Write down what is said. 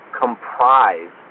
comprise